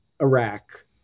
Iraq